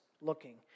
looking